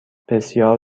بسیار